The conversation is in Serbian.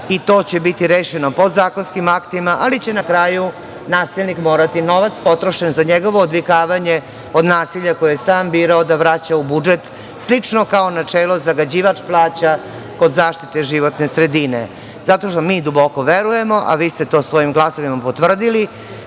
i to će biti rešeno podzakonskim aktima, ali će na kraju nasilnik morati novac potrošen za njegovo odvikavanje od nasilja koje je sam birao da vraća u budžet, slično kao načelo - zagađivač plaća kod zaštite životne sredine. Zato što mi duboko verujemo, a vi ste to svojim glasovima potvrdili,